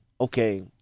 okay